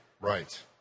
Right